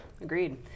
Agreed